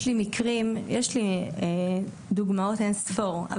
יש לי עוד דוגמאות אין ספור,